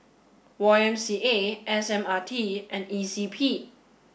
Y M C A S M R T and E C P